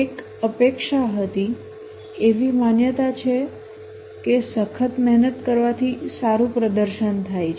એક અપેક્ષા હતી એવી માન્યતા છે કે સખત મહેનત કરવાથી સારું પ્રદર્શન થાય છે